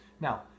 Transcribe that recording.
Now